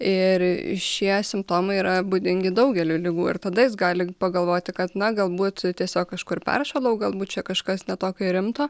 ir šie simptomai yra būdingi daugeliui ligų ir tada jis gali pagalvoti kad na galbūt tiesiog kažkur peršalau galbūt čia kažkas ne tokio rimto